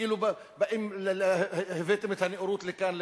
כאילו הבאתם את הנאורות לכאן,